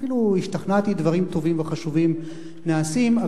ואפילו השתכנעתי: דברים טובים וחשובים נעשים.